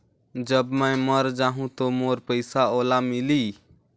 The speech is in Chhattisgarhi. जब मै मर जाहूं तो मोर पइसा ओला मिली?